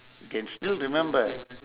can still remember